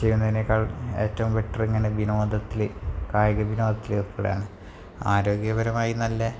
ചെയ്യുന്നതിനേക്കാൾ ഏറ്റവും ബെറ്റർ ഇങ്ങനെ വിനോദത്തില് കായിക വിനോദത്തില് ഏർപ്പെടുകയാണ് ആരോഗ്യപരമായി നല്ലത്